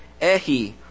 Ehi